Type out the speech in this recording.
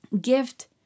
Gift